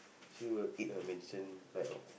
she will eat her medicine right of